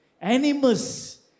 animals